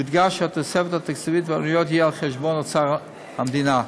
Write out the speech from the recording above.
יודגש שהתוספת התקציבית והעלויות יהיו על חשבון אוצר המדינה.